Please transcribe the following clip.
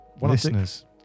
Listeners